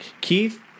Keith